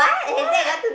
!wah!